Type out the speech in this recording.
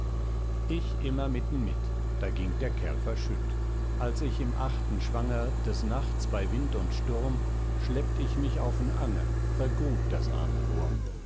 ich immer mit'n mit da ging der kerl verschütt als ich im achten schwanger des nachts bei wind und sturm schleppt ich mich auf'n anger vergrub das arme wurm